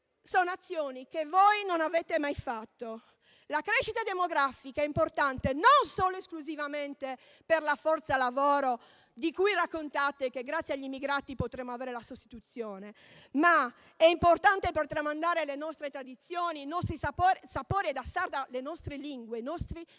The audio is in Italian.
sono azioni che voi non avete mai fatto). La crescita demografica è importante non solo ed esclusivamente per la forza lavoro di cui raccontate, per cui grazie agli immigrati potremo avere la sostituzione, ma è importante per tramandare le nostre tradizioni, i nostri sapori e - parlo da sarda - le nostre lingue, i nostri